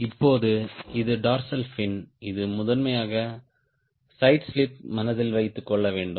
இப்போது இது dorsal fin இது முதன்மையாக சைடு ஸ்லிப் மனதில் வைத்துக் கொள்ள வேண்டும்